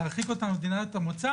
להרחיק אותם למדינת המוצא,